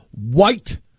white